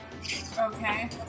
Okay